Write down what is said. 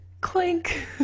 Clink